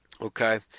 Okay